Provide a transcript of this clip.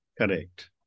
Correct